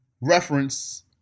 reference